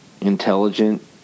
intelligent